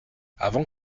avant